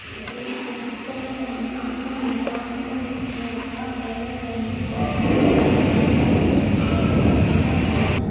இப்படின்னு ஒரு குப்பை கூட இல்லாமல் அவ்வளோ நீட்டாக அவ்வளோ நீட்னஸாக ப்ரைவேட்டில் வந்து இப்போது ரொம்ப கேர் எடுத்து ஹாஸ்பிட்டலில் வந்து அவங்க